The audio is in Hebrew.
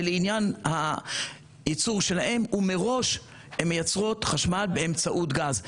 ולעניין הייצור שלהם ומראש הן מייצרות חשמל באמצעות גז.